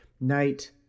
night